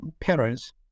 parents